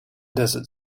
desert